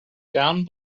down